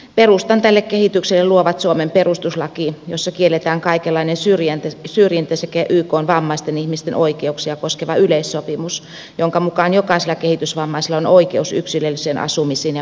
perustan tälle kehitykselle luovat suomen perustuslaki jossa kielletään kaikenlainen syrjintä sekä ykn vammaisten ihmisten oikeuksia koskeva yleissopimus jonka mukaan jokaisella kehitysvammaisella on oikeus yksilölliseen asumiseen ja palveluihin